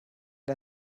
der